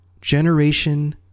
generation